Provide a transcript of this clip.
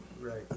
Right